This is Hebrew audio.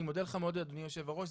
אני מודה לך אדוני יושב הראש,